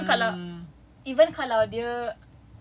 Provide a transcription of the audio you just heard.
so even kalau even kalau dia